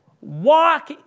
Walk